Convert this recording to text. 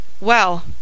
Well